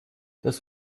das